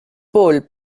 paul